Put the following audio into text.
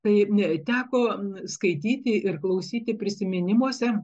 tai teko skaityti ir klausyti prisiminimuose